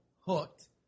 hooked